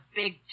big